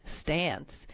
stance